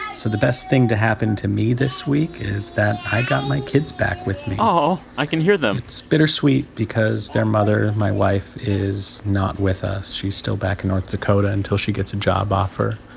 so the best thing to happen to me this week is that i got my kids back with me i can hear them it's bittersweet because their mother, my wife, is not with us. she's still back in north dakota until she gets a job offer.